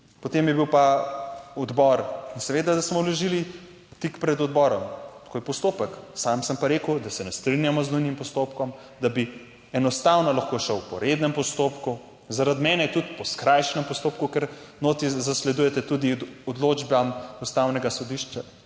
Potem je bil pa odbor in seveda smo vložili tik pred odborom, ko je postopek, sam sem pa rekel, da se ne strinjamo z nujnim postopkom, da bi enostavno lahko šel po rednem postopku, zaradi mene tudi po skrajšanem postopku, ker notri zasledujete, tudi odločba Ustavnega sodišča,